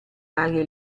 varie